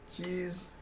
Jeez